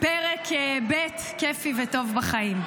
פרק ב' כיפי וטוב בחיים.